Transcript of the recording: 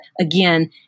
again